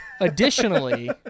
Additionally